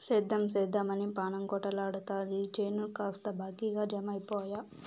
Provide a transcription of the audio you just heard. సేద్దెం సేద్దెమని పాణం కొటకలాడతాది చేను కాస్త బాకీకి జమైపాయె